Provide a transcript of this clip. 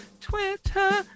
Twitter